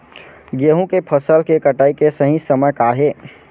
गेहूँ के फसल के कटाई के सही समय का हे?